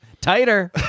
Tighter